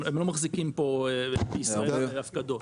בישראל, הפקדות.